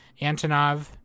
Antonov